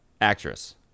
actress